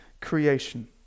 creation